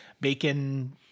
bacon